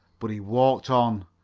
but he walked on,